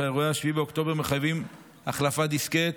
שאירועי 7 באוקטובר מחייבים החלפת דיסקט